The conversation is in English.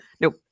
Nope